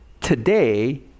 Today